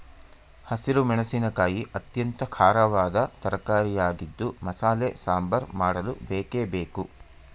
ಹಸಿರು ಮೆಣಸಿನಕಾಯಿ ಅತ್ಯಂತ ಖಾರವಾದ ತರಕಾರಿಯಾಗಿದ್ದು ಮಸಾಲೆ ಸಾಂಬಾರ್ ಮಾಡಲು ಬೇಕೇ ಬೇಕು